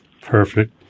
Perfect